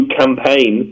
campaign